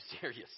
serious